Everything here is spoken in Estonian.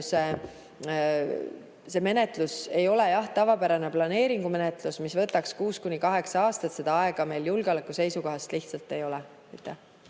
see menetlus ei ole tavapärane planeeringumenetlus, mis võtaks kuus kuni kaheksa aastat. Seda aega meil julgeoleku seisukohast lihtsalt ei ole.